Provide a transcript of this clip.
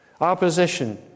opposition